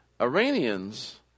Iranians